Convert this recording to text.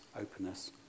openness